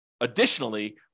additionally